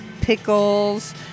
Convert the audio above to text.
pickles